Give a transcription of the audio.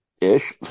Ish